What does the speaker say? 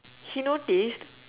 he noticed